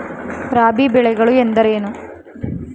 ರಾಬಿ ಬೆಳೆಗಳು ಎಂದರೇನು?